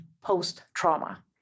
post-trauma